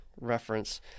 reference